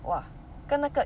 !wah! 跟那个